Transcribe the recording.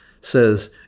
says